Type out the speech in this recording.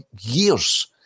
years